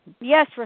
Yes